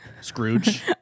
Scrooge